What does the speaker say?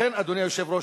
לכן, אדוני היושב-ראש,